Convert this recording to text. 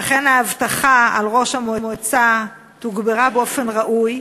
ואכן האבטחה על ראש המועצה תוגברה באופן ראוי.